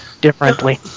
differently